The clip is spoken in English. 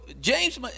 James